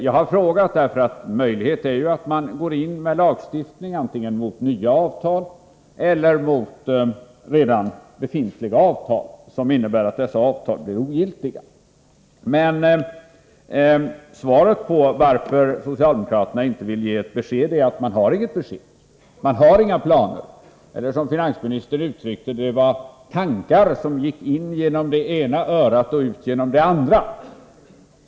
Jag har frågat, eftersom det ju finns en möjlighet att gå in med lagstiftning, antingen mot nya avtal eller mot redan befintliga avtal, som innebär att dessa avtal blir ogiltiga. Svaret på frågan varför socialdemokraterna inte vill ge besked är att man inte har något besked att ge. Man har inga planer eller — som finansministern uttryckte det — det var tankar som gick in genom det ena örat och ut genom det andra.